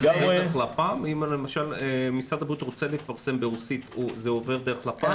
אם למשל משרד הבריאות רוצה לפרסם ברוסית זה עובר דרך לפ"ם?